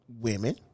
Women